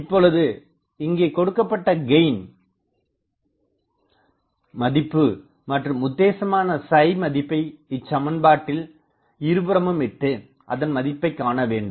இப்பொழுது இங்கே கொடுக்கப்பட்டகெயின் மதிப்பு மற்றும் உத்தேசமான மதிப்பை இச்சமன்ட்பாட்டில் 2 b22 1G22 1 a2G21821 1 இருபுறமும் இட்டு அதன் மதிப்பை காண வேண்டும்